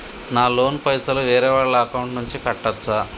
నా లోన్ పైసలు వేరే వాళ్ల అకౌంట్ నుండి కట్టచ్చా?